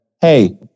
hey